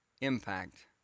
impact